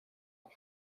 off